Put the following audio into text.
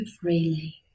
freely